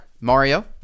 Mario